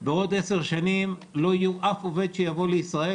בעוד 10 שנים לא יהיה אף עובד זר שיבוא לישראל